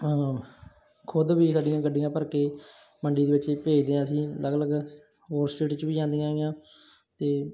ਖੁਦ ਵੀ ਸਾਡੀਆਂ ਗੱਡੀਆਂ ਭਰ ਕੇ ਮੰਡੀ ਦੇ ਵਿੱਚ ਭੇਜਦੇ ਹਾਂ ਅਸੀਂ ਅਲੱਗ ਅਲੱਗ ਹੋਰ ਸਟੇਟ 'ਚ ਵੀ ਜਾਂਦੀਆਂ ਹੈਗੀਆਂ ਅਤੇ